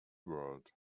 world